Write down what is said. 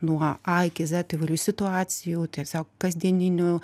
nuo a iki z įvairių situacijų tiesiog kasdieninių